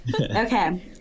okay